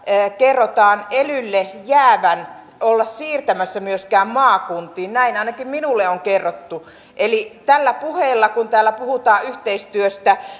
kerrotaan elylle jäävän siirtämässä myöskään maakuntiin näin ainakin minulle on kerrottu eli tällä puheella kun täällä puhutaan yhteistyöstä